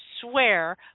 swear